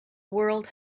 world